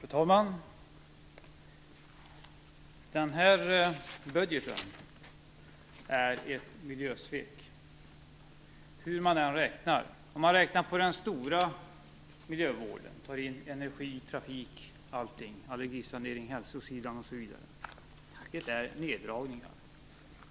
Fru talman! Den här budgeten är ett miljösvek, hur man än räknar. Om man räknar på den stora miljövården, och tar in energi, trafik, allergisanering, hälsa osv., är det neddragningar